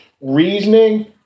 Reasoning